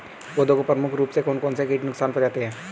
पौधों को प्रमुख रूप से कौन कौन से कीट नुकसान पहुंचाते हैं?